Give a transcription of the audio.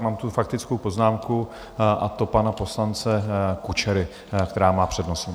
Mám tu faktickou poznámku, a to pana poslance Kučery, která má přednost.